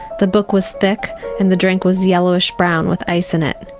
the book was thick and the drink was yellowish brown with ice in it.